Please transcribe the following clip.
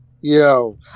Yo